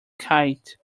kite